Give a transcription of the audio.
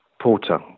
Porter